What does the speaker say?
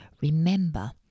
remember